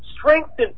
strengthened